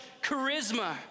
charisma